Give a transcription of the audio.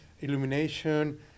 illumination